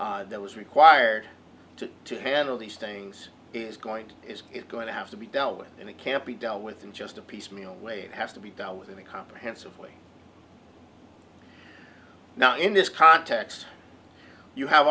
that was required to to handle these things is going to is it going to have to be dealt with and it can't be dealt with in just a piecemeal way it has to be dealt with in a comprehensive way now in this context you have